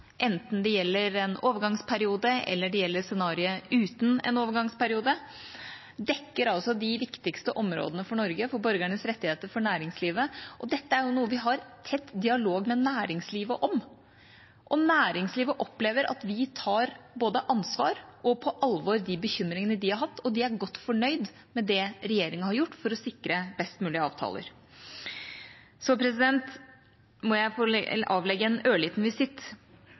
enten det gjelder en overgangsperiode eller det gjelder scenarioet uten en overgangsperiode, dekker de viktigste områdene for Norge, for borgernes rettigheter, for næringslivet, og dette er noe vi har tett dialog med næringslivet om. Næringslivet opplever at vi både tar ansvar og tar på alvor de bekymringene de har hatt, og de er godt fornøyd med det regjeringa har gjort for å sikre best mulige avtaler. Så må jeg få avlegge en ørliten visitt